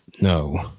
No